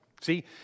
See